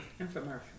Infomercial